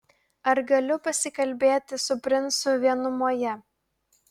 ar galiu pasikalbėti su princu vienumoje